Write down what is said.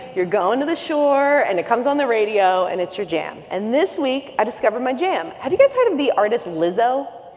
you're going to the shore. and it comes on the radio. and it's your jam. and this week, i discovered my jam. have you guys heard of the artist lizzo?